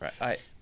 Right